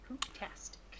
Fantastic